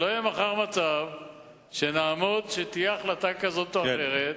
שלא יהיה מחר מצב שתהיה החלטה כזאת או אחרת,